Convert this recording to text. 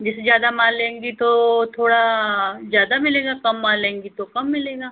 जैसे ज़्यादा माल लेंगी तो थोड़ा ज़्यादा मिलेगा कम माल लेंगी तो कम मिलेगा